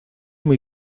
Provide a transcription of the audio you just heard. muy